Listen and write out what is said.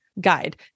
guide